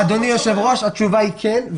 התשובה היא כן.